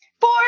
four